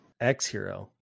X-Hero